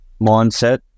mindset